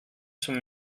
zum